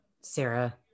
Sarah